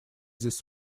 this